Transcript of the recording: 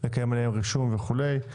לקיים רישום וכולי.